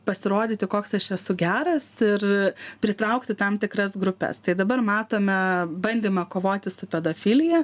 pasirodyti koks aš esu geras ir pritraukti tam tikras grupes tai dabar matome bandymą kovoti su pedofilija